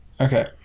Okay